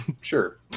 Sure